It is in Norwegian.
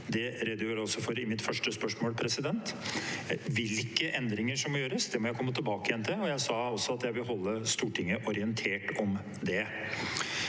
Det redegjorde jeg også for i mitt første svar. Hvilke endringer som må gjøres, må jeg komme tilbake til, og jeg sa også at jeg vil holde Stortinget orientert om det.